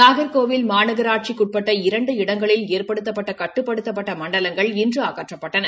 நாகர்கோவில் மநாகராட்சிக்கு உட்பட் இரண்டு இடங்களில் எற்படுத்தப்பட்ட கட்டுப்படுத்தப்பட்ட மண்டலங்கள் இன்று அகற்றப்பட்டன